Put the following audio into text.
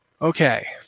Okay